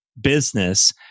business